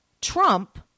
Trump